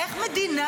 איך המדינה